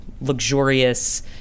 luxurious